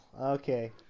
Okay